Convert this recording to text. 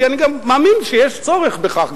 כי אני גם מאמין שיש צורך בכך.